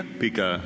pika